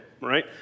right